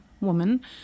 woman